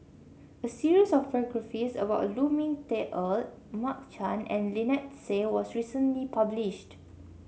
a series of biographies about Lu Ming Teh Earl Mark Chan and Lynnette Seah was recently published